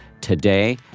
today